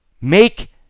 Make